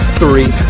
three